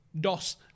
DOS